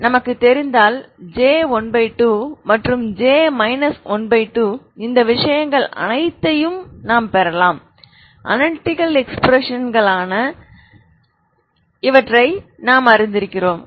உங்களுக்குத் தெரிந்தால் J12 மற்றும் J 12 இந்த விஷயங்கள் அனைத்தையும் நீங்கள் பெறலாம் அனலிடிகல் எக்ஸ்பிரஸன்களாக நாங்கள் அறிந்திருக்கிறோம்